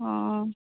ହଁ